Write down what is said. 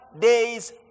day's